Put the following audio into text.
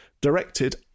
directed